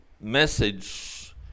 message